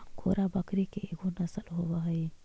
angora बकरी के एगो नसल होवऽ हई